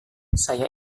saya